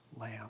lamb